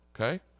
okay